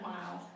Wow